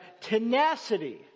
tenacity